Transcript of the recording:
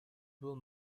был